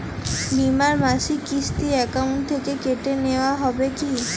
বিমার মাসিক কিস্তি অ্যাকাউন্ট থেকে কেটে নেওয়া হবে কি?